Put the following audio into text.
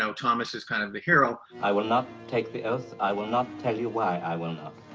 so thomas is kind of the hero. i will not take the oath. i will not tell you why i will not.